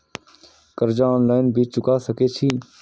कर्जा ऑनलाइन भी चुका सके छी?